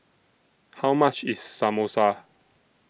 How much IS Samosa